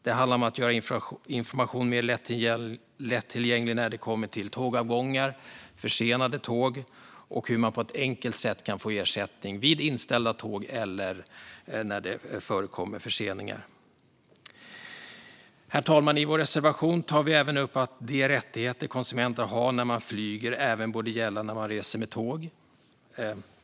Det handlar om att göra information mer lättillgänglig när det gäller tågavgångar och försenade tåg och hur man på ett enkelt sätt kan få ersättning vid inställda tåg eller när det förekommer förseningar. Herr ålderspresident! I vår reservation tar vi också upp att de rättigheter konsumenterna har när de flyger borde gälla även när de reser med tåg.